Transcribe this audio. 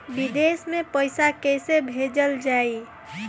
विदेश में पईसा कैसे भेजल जाई?